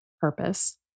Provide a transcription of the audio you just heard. purpose